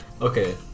okay